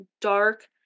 dark